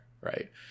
right